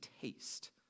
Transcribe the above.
taste